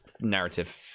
narrative